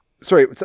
Sorry